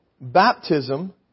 baptism